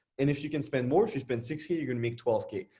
and if you can spend more, if you spent six k, you're gonna make twelve k,